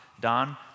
Don